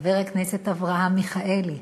חבר הכנסת אברהם מיכאלי,